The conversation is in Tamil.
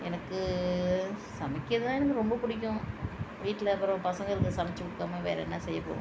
எனக்கு சமைக்கிறது தான் எனக்கு ரொம்ப பிடிக்கும் வீட்டில அப்பறம் பசங்களுக்கு சமைச்சி கொடுக்காம வேற என்ன செய்ய போகிறோம்